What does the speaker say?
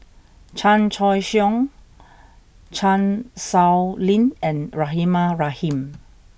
Chan Choy Siong Chan Sow Lin and Rahimah Rahim